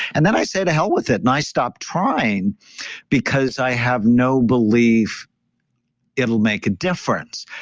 and then, i say, to hell with it. and i stopped trying because i have no belief it'll make a difference.